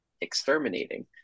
exterminating